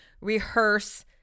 rehearse